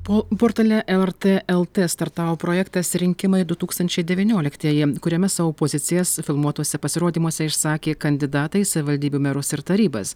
po portale lrt lt startavo projektas rinkimai du tūkstančiai devynioliktieji kuriame savo pozicijas filmuotuose pasirodymuose išsakė kandidatai savivaldybių merus ir tarybas